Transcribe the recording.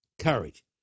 courage